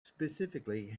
specifically